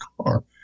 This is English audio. car